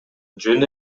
жөн